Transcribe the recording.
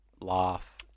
laugh